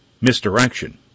misdirection